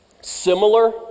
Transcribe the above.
similar